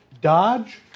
dodge